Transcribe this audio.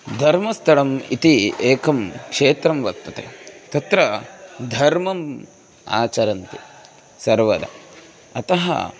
धर्मस्थलम् इति एकं क्षेत्रं वर्तते तत्र धर्मम् आचरन्ति सर्वदा अतः